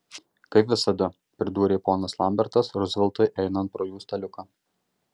kaip visada pridūrė ponas lambertas ruzveltui einant pro jų staliuką